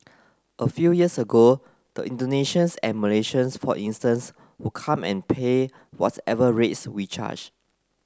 a few years ago the Indonesians and Malaysians for instance would come and pay whatever rates we charged